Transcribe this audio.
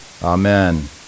Amen